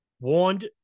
warned